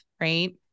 right